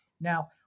Now